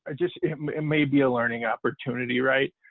ah just it maybe a learning opportunity, right.